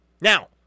Now